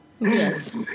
Yes